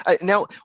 now